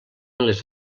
les